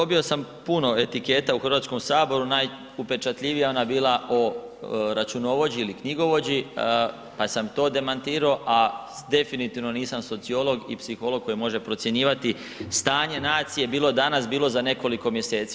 Pa dobio sam puno etiketa u Hrvatskom saboru, najupečatljivija je ona bila o računovođi ili knjigovođi pa sam to demantirao, a definitivno nisam sociolog i psiholog koji može procjenjivati stanje nacije bilo danas, bilo za nekoliko mjeseci.